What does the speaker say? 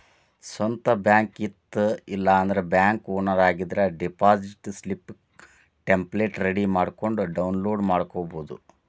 ಸ್ವಂತ್ ಬ್ಯಾಂಕ್ ಇತ್ತ ಇಲ್ಲಾಂದ್ರ ಬ್ಯಾಂಕ್ ಓನರ್ ಆಗಿದ್ರ ಡೆಪಾಸಿಟ್ ಸ್ಲಿಪ್ ಟೆಂಪ್ಲೆಟ್ ರೆಡಿ ಮಾಡ್ಕೊಂಡ್ ಡೌನ್ಲೋಡ್ ಮಾಡ್ಕೊಬೋದು